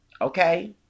Okay